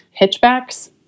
hitchbacks